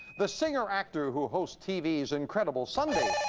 the singer-actor who hosts tv's incredible sunday.